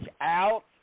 out